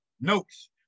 Notes